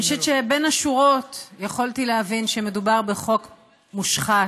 אני חושבת שבין השורות יכולתי להבין שמדובר בחוק מושחת,